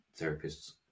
therapists